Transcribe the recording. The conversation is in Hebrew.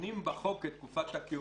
שמעגנים בחוק את תקופת הכהונה.